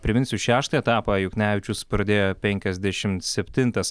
priminsiu šeštą etapą juknevičius pradėjo penkiasdešimt septintas